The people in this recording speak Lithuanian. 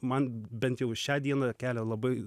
man bent jau šią dieną kelia labai